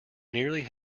nearly